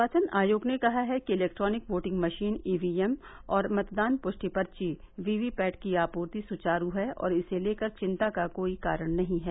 निर्वाचन आयोग ने कहा है कि इलेक्ट्रॉनिक वोटिंग मशीन ईवीएम और मतदान पुष्टि पर्ची वीवीपैट की आपूर्ति सुवारु है और इसे लेकर चिंता का कोई कारण नहीं है